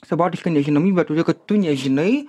savotiška nežinomybė todėl kad tu nežinai